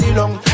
long